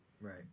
Right